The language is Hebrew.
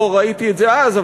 אני לא ראיתי את זה אז,